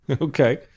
okay